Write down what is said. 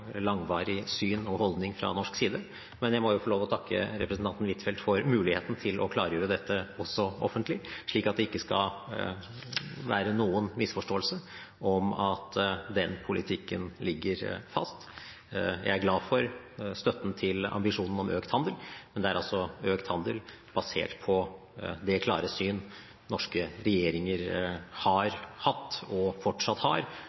langvarig syn, og holdning, fra norsk side. Men jeg må få lov til å takke representanten Huitfeldt for muligheten til å klargjøre dette også offentlig, så det ikke skal være noen misforståelse om at den politikken ligger fast. Jeg er glad for støtten til ambisjonen om økt handel, men det er altså økt handel basert på det klare syn som norske regjeringer har hatt og fortsatt har,